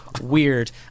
weird